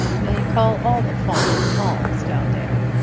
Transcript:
they call all the farms halls down there.